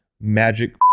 magic